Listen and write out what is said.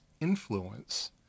influence